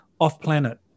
off-planet